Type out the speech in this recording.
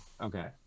Okay